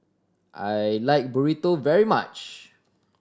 I like Burrito very much